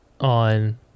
on